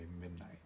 midnight